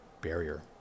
barrier